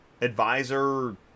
advisor